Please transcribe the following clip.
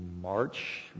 March